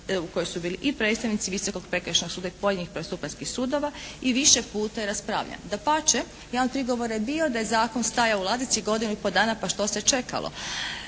u kojoj su bili predstavnici i Visokog prekršajnog suda i pojedinih prvostupanjskih sudova i više puta je raspravljan. Dapače jedan od prigovora je bio da je zakon stajao u ladici godinu i pol dana, pa što se čekalo?